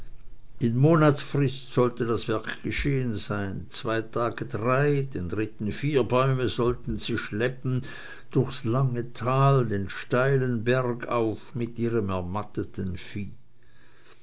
in monatsfrist sollte das werk geschehen sein zwei tage drei den dritten vier bäume sollten sie schleppen durchs lange tal den steilen berg auf mit ihrem ermatteten vieh